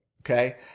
okay